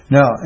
Now